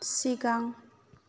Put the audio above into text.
सिगां